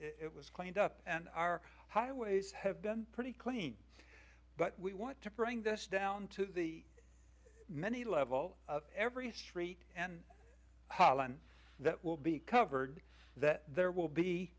it was cleaned up and our highways have been pretty clean but we want to bring this down to the many level every street and holland that will be covered that there will be